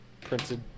printed